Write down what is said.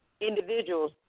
individuals